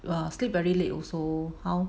!wah! sleep very late also how